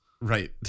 Right